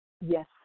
yes